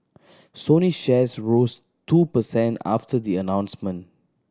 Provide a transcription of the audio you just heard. Sony shares rose two per cent after the announcement